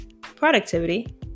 productivity